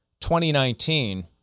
2019